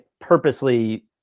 purposely